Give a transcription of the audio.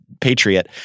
Patriot